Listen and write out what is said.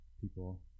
people